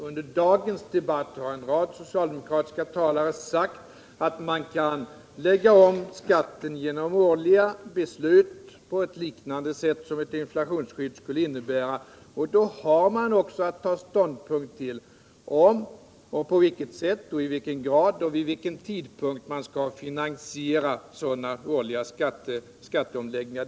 Under dagens debatt har en rad socialdemokratiska talare sagt att man kan lägga om skatten genom årliga beslut på ett sätt liknande ett inflationsskydd. Då har man också att ta ställning till om, på vilket sätt, i vilken grad och vid vilken tidpunkt man skall finansiera sådana årliga skatteomläggningar.